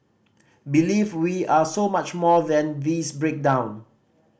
believe we are so much more than this breakdown